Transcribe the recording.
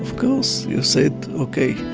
of course, you said, ok,